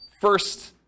first